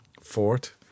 fort